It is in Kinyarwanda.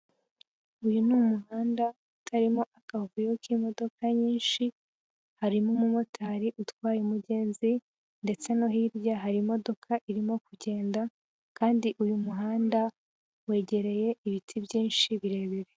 Uyu ni umuhanda utarimo akavuyo k'imodoka nyinshi, harimo umumotari utwaye umugenzi ndetse no hirya harimo irimo kugenda, kandi uyu muhanda wegereye ibiti byinshi birebire.